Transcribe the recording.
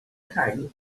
carne